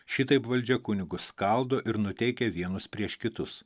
šitaip valdžia kunigus skaldo ir nuteikia vienus prieš kitus